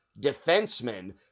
defensemen